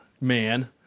Man